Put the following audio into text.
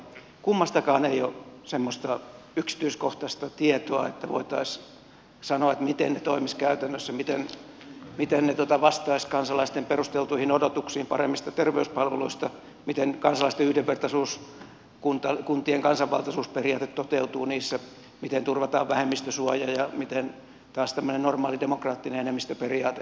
kummastakaan ei ole semmoista yksityiskohtaista tietoa että voitaisiin sanoa miten ne toimisivat käytännössä miten ne vastaisivat kansalaisten perusteltuihin odotuksiin paremmista terveyspalveluista miten kansalaisten yhdenvertaisuus kuntien kansanvaltaisuusperiaate toteutuu niissä miten turvataan vähemmistösuoja ja miten taas tämmöinen normaali demokraattinen enemmistöperiaate